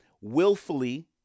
willfully